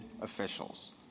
officials